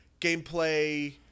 gameplay